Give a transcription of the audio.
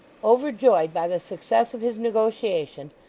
overjoyed by the success of his negotiation,